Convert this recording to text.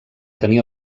tenir